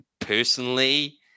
personally